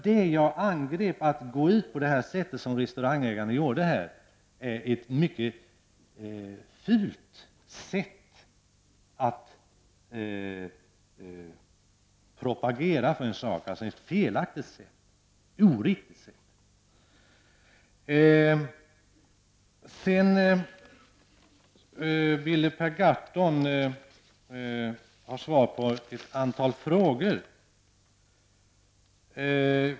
Vad jag angrep var att man gick ut på det sätt som restaurangägarna gjorde. Det är ett mycket fult sätt att propagera för en sak, ett oriktigt sätt. Per Gahrton ville ha svar på ett antal frågor.